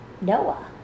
noah